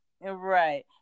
Right